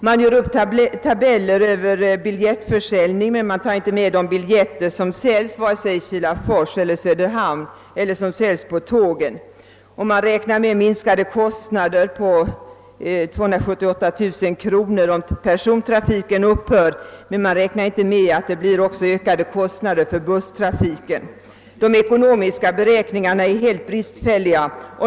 Man gör upp tabeller över biljettförsäljning men tar inte med vare sig de biljetter som säljs i Kilafors och Söderhamn eller de biljetter som säljs på tågen. Man räknar med minskade kostnader av storleksordningen 278 000 kronor om persontrafiken upphör men kalkylerar inte med att det blir ökade kostnader för busstrafiken. De ekonomiska beräkningarna är mycket bristfälliga.